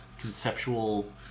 conceptual